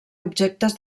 objectes